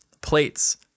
plates